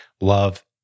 love